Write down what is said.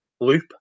loop